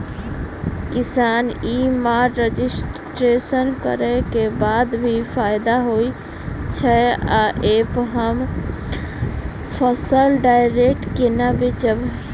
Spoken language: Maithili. किसान ई मार्ट रजिस्ट्रेशन करै केँ बाद की फायदा होइ छै आ ऐप हम फसल डायरेक्ट केना बेचब?